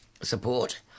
support